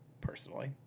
personally